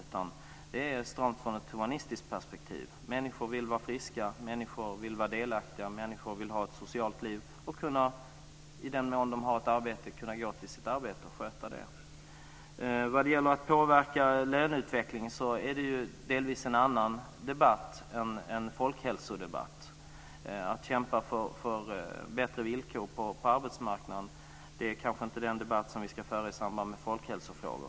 Detta handlar om ett humanistiskt perspektiv. Människor vill vara friska, människor vill vara delaktiga, människor vill ha ett socialt liv och, i den mån de har ett arbete, kunna gå till sitt arbete och sköta det. Vad gäller att påverka löneutvecklingen är det delvis en annan debatt än folkhälsodebatten. Att kämpa för bättre villkor på arbetsmarknaden är kanske inte den debatt vi ska föra i samband med folkhälsofrågor.